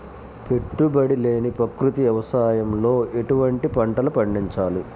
పెట్టుబడి లేని ప్రకృతి వ్యవసాయంలో ఎటువంటి పంటలు పండించాలి?